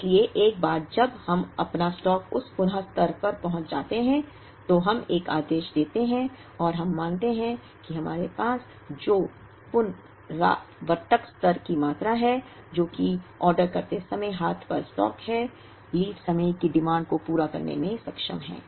इसलिए एक बार जब हम अपना स्टॉक उस पुन स्तर स्तर पर पहुंच जाते हैं तो हम एक आदेश देते हैं और हम मानते हैं कि हमारे पास जो पुनरावर्तक स्तर की मात्रा है जो कि ऑर्डर करते समय हाथ पर स्टॉक है लीड समय की मांग को पूरा करने में सक्षम है